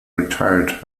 retired